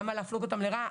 למה להפלות אותם לרעה?